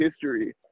history